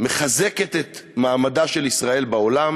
מחזקת את מעמדה של ישראל בעולם